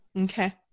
Okay